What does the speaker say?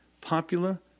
popular